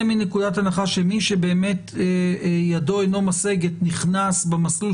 מנקודת הנחה שמי שבאמת ידו אינו משגת נכנס במסלול